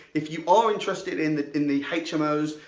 if you are interested in the in the hmos,